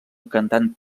cantant